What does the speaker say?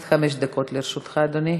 עד חמש דקות לרשותך, אדוני.